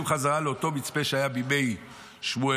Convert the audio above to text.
בחזרה לאותו מצפה שהיה בימי שמואל,